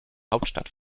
hauptstadt